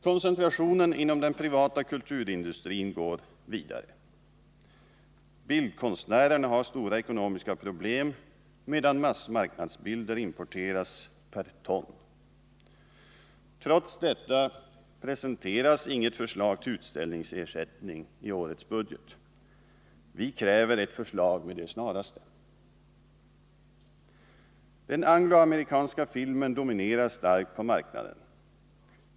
Koncentrationen inom den privata kulturindustrin går vidare. Bildkonstnärerna har stora ekonomiska problem, medan massmarknadsbilder importeras per ton. Trots dessa presenteras i årets budget inget förslag till utställningsersättning. Vi kräver ett förslag med det snaraste. Den angloamerikanska filmen dominerar starkt på marknaden.